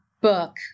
book